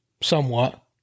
somewhat